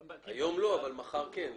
היום לא , מחר כן.